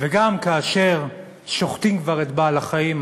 וגם כאשר שוחטים כבר את בעל-החיים,